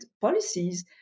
policies